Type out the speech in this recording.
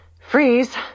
freeze